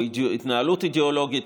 או התנהלות אידיאולוגית,